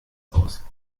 aus